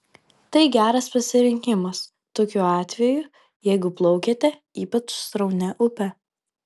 tai geras pasirinkimas tokiu atveju jeigu plaukiate ypač sraunia upe